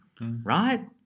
right